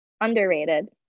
Underrated